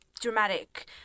dramatic